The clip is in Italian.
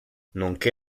nonché